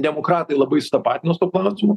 demokratai labai sutapatino su klausimu